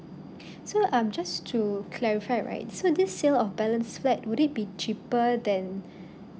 so um just to clarify right so this sale of balance flat would it be cheaper than